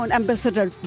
ambassador